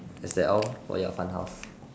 is that all for your fun house